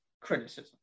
criticism